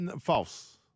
False